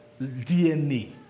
DNA